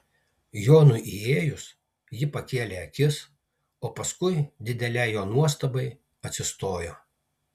jonui įėjus ji pakėlė akis o paskui didelei jo nuostabai atsistojo